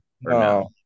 No